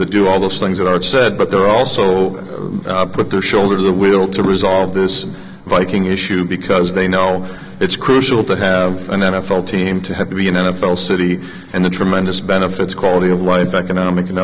the do all those things that are said but they're also put their shoulder to the will to resolve this viking issue because they know it's crucial to have an n f l team to have to be an n f l city and the tremendous benefits quality of life economic and